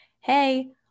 hey